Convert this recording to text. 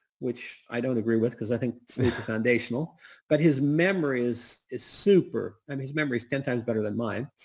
which i don't agree with, because i think it's foundational but his memory is is super and his memory is ten times better than mine.